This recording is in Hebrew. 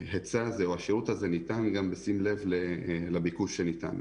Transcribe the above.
השירות הזה ניתן גם בשים לב לביקוש שניתן.